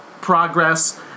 progress